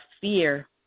fear